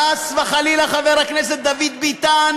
חס וחלילה, חבר הכנסת דוד ביטן